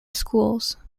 schools